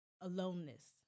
aloneness